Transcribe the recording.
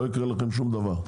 לא יקרה לכם דבר.